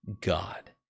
God